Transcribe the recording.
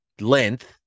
length